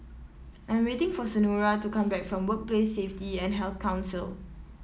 I'm waiting for Senora to come back from Workplace Safety and Health Council